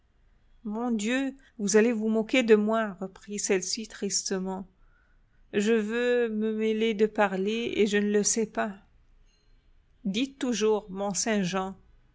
mon dieu vous allez vous moquer de moi reprit celle-ci tristement je veux me mêler de parler et je ne le sais pas dites toujours